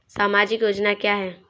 सामाजिक योजना क्या है?